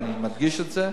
ואני מדגיש את זה,